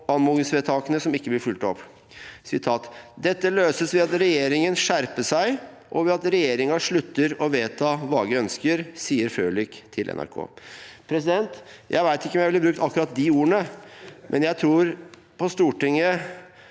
anmodningsvedtakene som ikke blir fulgt opp. «Dette løses ved at regjeringen skjerper seg, og ved at Stortinget slutter å vedta vage ønsker», sier Frølich til NRK. Jeg vet ikke om jeg ville brukt akkurat de ordene, men jeg tror at Stortinget